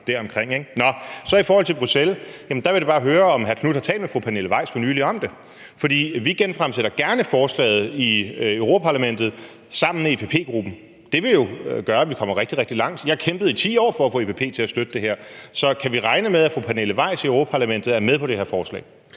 der omkring. I forhold til Bruxelles vil jeg da bare høre, om hr. Marcus Knuth har talt med fru Pernille Weiss om det for nylig, for vi genfremsætter gerne forslaget i Europa-Parlamentet sammen med EPP-gruppen. Det vil jo gøre, at vi kommer rigtig, rigtig langt. Jeg kæmpede i 10 år for at få i EPP-gruppen til at støtte det her. Så kan vi regne med, at fru Pernille Weiss i Europa-Parlamentet er med på det her forslag?